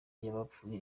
y’abapfuye